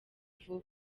vuba